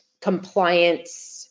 compliance